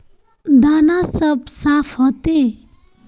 दाना सब साफ होते?